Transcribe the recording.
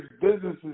businesses